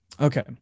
okay